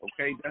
Okay